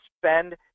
spend